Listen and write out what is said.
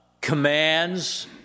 commands